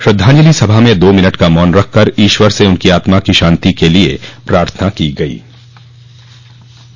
श्रद्धांजलि सभा में दो मिनट का मौन रखकर ईश्वर से उनकी आत्मा की शान्ति के लिये प्रार्थना की गयी